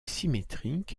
symétrique